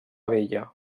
vella